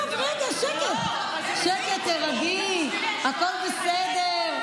רגע, שקט, שקט, תירגעי, הכול בסדר.